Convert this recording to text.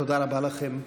תודה רבה לכם.